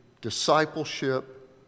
discipleship